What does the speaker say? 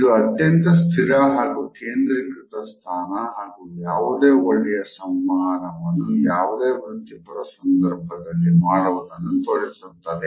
ಇದು ಅತ್ಯಂತ ಸ್ಥಿರ ಹಾಗೂ ಕೇಂದ್ರೀಕೃತ ಸ್ಥಾನ ಹಾಗೂ ಯಾವುದೇ ಒಳ್ಳೆಯ ಸಂವಹನವನ್ನು ಯಾವುದೇ ವೃತ್ತಿಪರ ಸಂದರ್ಭದಲ್ಲಿ ಮಾಡುವುದನ್ನು ತೋರಿಸುತ್ತದೆ